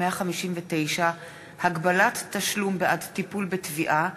159) (הגבלת תשלום בעד טיפול בתביעה),